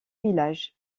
villages